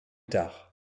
tard